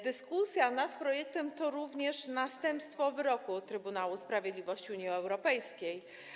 Dyskusja nad projektem to również następstwo wyroku Trybunału Sprawiedliwości Unii Europejskiej.